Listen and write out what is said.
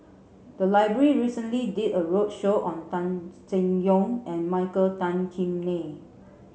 the library recently did a roadshow on Tan Seng Yong and Michael Tan Kim Nei